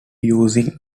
used